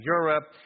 Europe